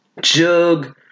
Jug